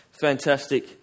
Fantastic